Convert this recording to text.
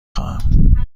خواهم